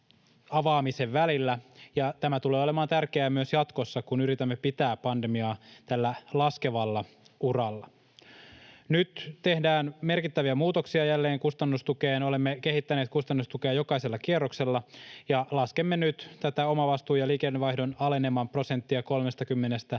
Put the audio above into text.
tämä tulee olemaan tärkeää myös jatkossa, kun yritämme pitää pandemiaa tällä laskevalla uralla. Nyt tehdään jälleen merkittäviä muutoksia kustannustukeen. Olemme kehittäneet kustannustukea jokaisella kierroksella, ja laskemme nyt tätä omavastuun ja liikevaihdon aleneman prosenttia 30:stä